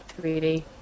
3D